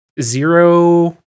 zero